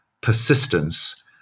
persistence